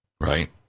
right